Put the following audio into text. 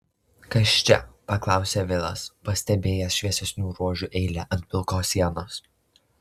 kas čia paklausė vilas pastebėjęs šviesesnių ruožų eilę ant pilkos sienos